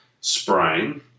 sprain